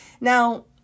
Now